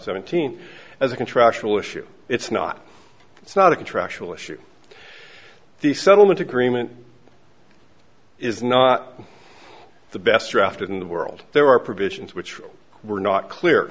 seventeen as a contractual issue it's not it's not a contractual issue the settlement agreement is not the best drafted in the world there are provisions which were not clear